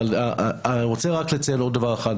אבל אני רוצה רק לציין עוד דבר אחד,